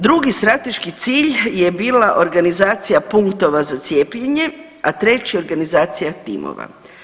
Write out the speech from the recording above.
Drugi strateški cilj je bila organizacija punktova za cijepljenje, a treći organizacija timova.